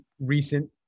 recent